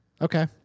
okay